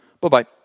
Bye-bye